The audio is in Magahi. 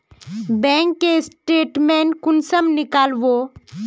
बैंक के स्टेटमेंट कुंसम नीकलावो?